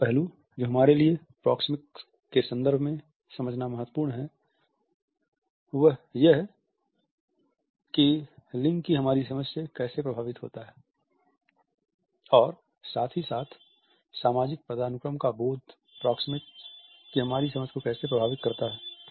एक और पहलू जो हमारे लिए प्रोक्सेमिक्स के संदर्भ में समझना महत्वपूर्ण है कि यह लिंग की हमारी समझ से कैसे प्रभावित होता है और साथ ही साथ सामाजिक पदानुक्रम का बोध प्रोक्सेमिक्स की हमारी समझ को कैसे प्रभावित करता है